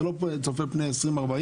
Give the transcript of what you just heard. זה לא צופה פני 2040,